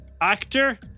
Actor